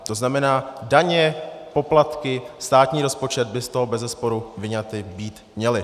To znamená, daně, poplatky, státní rozpočet by z toho bezesporu vyňaty být měly.